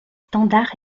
standards